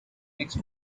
next